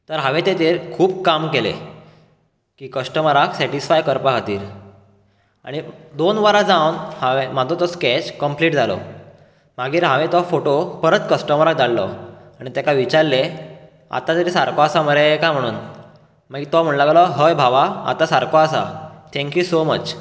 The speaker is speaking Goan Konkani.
तर हांवें तेजेर खूब काम केले क्शटमराक सेटीस्फाय करपा खातीर आनी दोन वरां जावन म्हाजो तो स्केच क्मपलीट जालो मागीर हांवें तो फोटू परत क्शटमराक धाडलो आनी तेका विचारले आता तरी सारको आसा मरे काय म्हणून मागीर तो म्हणू लागलो हय भावा आतां सारको आसा थँक्यू सो मच